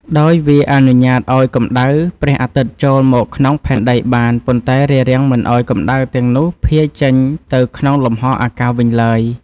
ដោយវាអនុញ្ញាតឱ្យកម្ដៅព្រះអាទិត្យចូលមកក្នុងផែនដីបាន ប៉ុន្តែរារាំងមិនឱ្យកម្ដៅទាំងនោះភាយចេញទៅក្នុងលំហអាកាសវិញឡើយ។